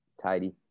tidy